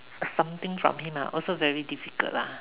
something from him ah also very difficult lah